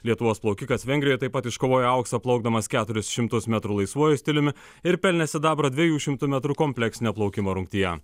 lietuvos plaukikas vengrijoje taip pat iškovojo auksą plaukdamas keturis šimtus metrų laisvuoju stiliumi ir pelnė sidabrą dviejų šimtų metrų kompleksinio plaukimo rungtyje